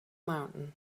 mountain